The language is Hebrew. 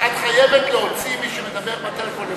את חייבת להוציא את מי שמדבר בטלפון.